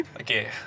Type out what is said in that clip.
Okay